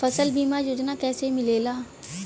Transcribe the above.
फसल बीमा योजना कैसे मिलेला?